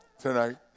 tonight